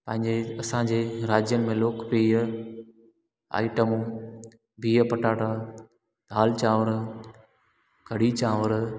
पंहिंजे असांजे राज्यनि में लोकप्रिय आइटमूं बिह पटाटा दालि चांवर कढ़ी चांवर